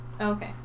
Okay